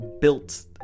built